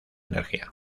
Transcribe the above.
energía